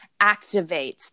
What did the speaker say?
Activates